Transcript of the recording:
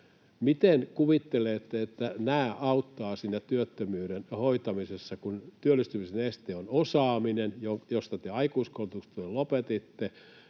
Miten kuvittelette, että nämä auttavat siinä työttömyyden hoitamisessa, kun työllistymisen este on osaaminen ja te aikuiskoulutustuen lopetitte,